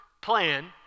plan